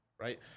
Right